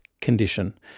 condition